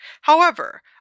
However